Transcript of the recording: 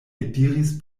eldiris